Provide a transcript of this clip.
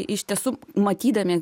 iš tiesų matydami